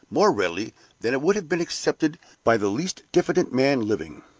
more readily than it would have been accepted by the least diffident man living.